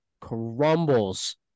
crumbles